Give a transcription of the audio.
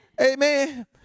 Amen